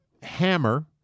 Hammer